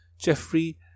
Jeffrey